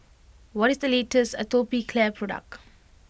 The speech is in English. what is the latest Atopiclair product